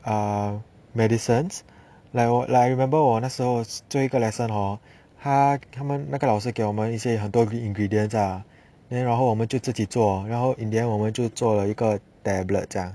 uh medicines like 我 remember 我那时候做一个 lesson hor 他他们那个老师给我们一些很多 ingredients ah then 然后我们就自己做然后 in the end 我们就做了一个 tablet 这样